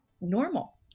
normal